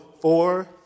four